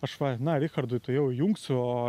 aš va na richardui tuojau įjungsiu